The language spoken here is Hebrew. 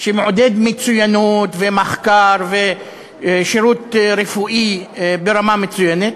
שמעודד מצוינות ומחקר ושירות רפואי ברמה מצוינת,